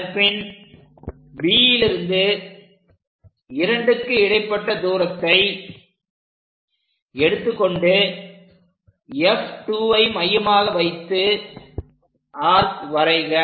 அதன்பின் Bலிருந்து 2க்கு இடைப்பட்ட தூரத்தை எடுத்துக்கொண்டு F2 ஐ மையமாக வைத்து ஆர்க் வரைக